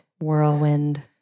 whirlwind